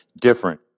different